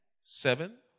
seven